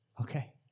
okay